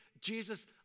Jesus